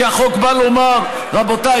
כי החוק בא לומר: רבותיי,